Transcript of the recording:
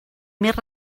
més